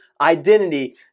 identity